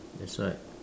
that's right